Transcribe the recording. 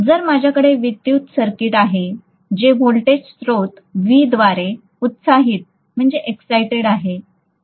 जर माझ्याकडे विद्युत सर्किट आहे जे व्होल्टेज स्त्रोत V द्वारे उत्साहित आहे